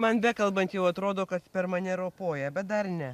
man bekalbant jau atrodo kad per mane ropoja bet dar ne